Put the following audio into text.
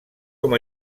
com